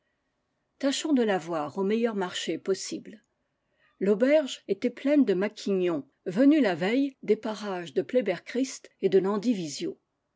tâchons de l'avoir au meilleur marché pos sible l'auberge était pleine de maquignons venus la veille des parages de pleyber christ et de